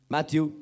Matthew